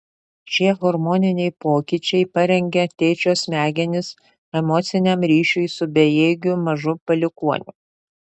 šie hormoniniai pokyčiai parengia tėčio smegenis emociniam ryšiui su bejėgiu mažu palikuoniu